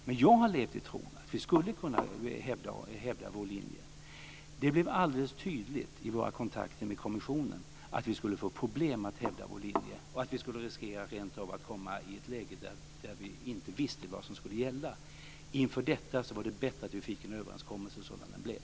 Jag har dock levt i tron att vi skulle kunna hävda vår linje. Men det blev alldeles tydligt i våra kontakter med kommissionen att vi skulle få problem att hävda vår linje, och att vi rentav skulle riskera att hamna i ett läge där vi inte visste vad som skulle gälla. Inför detta var det bättre att vi fick en överenskommelse - sådan som den blev.